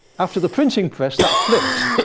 after the printing press, that flipped.